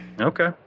Okay